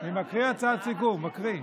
אני מקריא הצעת סיכום, מקריא.